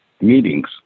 meetings